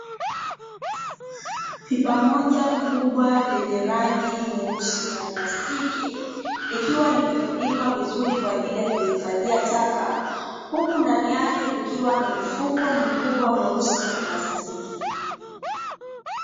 Pipa moja kubwa lenye rangi nyeusi la plastiki, likiwa limefunikwa vizuri kwa ajili ya kuhifadhia taka, huku ndani yake kukiwa na mfuko mkubwa mweusi wa plastiki.